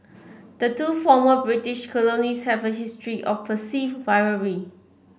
the two former British colonies have a history of perceived rivalry